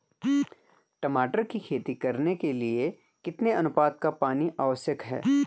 टमाटर की खेती करने के लिए कितने अनुपात का पानी आवश्यक है?